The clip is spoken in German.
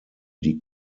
die